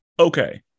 Okay